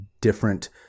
different